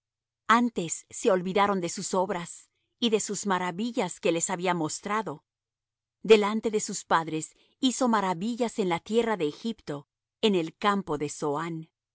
antes se olvidaron de sus obras y de sus maravillas que les había mostrado delante de sus padres hizo maravillas en la tierra de egipto en el campo de zoán